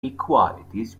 inequalities